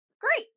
great